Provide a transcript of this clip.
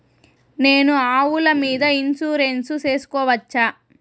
నేను ఆవుల మీద ఇన్సూరెన్సు సేసుకోవచ్చా?